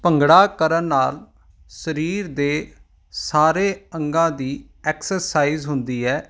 ਭੰਗੜਾ ਕਰਨ ਨਾਲ ਸਰੀਰ ਦੇ ਸਾਰੇ ਅੰਗਾਂ ਦੀ ਐਕਸਰਸਾਈਜ਼ ਹੁੰਦੀ ਹੈ